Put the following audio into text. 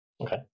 okay